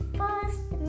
first